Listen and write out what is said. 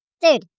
Dude